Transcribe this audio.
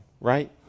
right